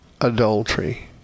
adultery